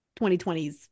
2020s